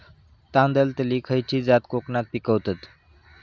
तांदलतली खयची जात कोकणात पिकवतत?